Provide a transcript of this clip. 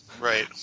Right